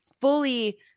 fully